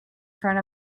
front